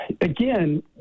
again